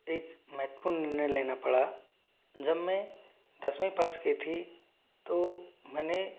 एक महत्वपूर्ण निर्णय लेना पड़ा जब मैं दसवीं पास की थी तो मैंने